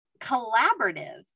collaborative